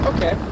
Okay